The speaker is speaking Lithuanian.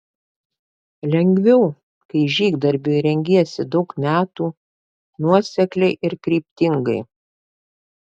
lengviau kai žygdarbiui rengiesi daug metų nuosekliai ir kryptingai